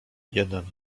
jeden